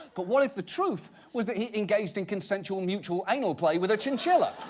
but what if the truth was that he engaged in consensual mutual anal play with a chinchilla?